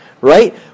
right